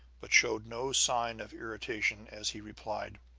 but showed no sign of irritation as he replied